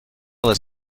les